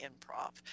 improv